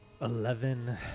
Eleven